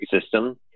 system